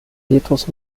petrus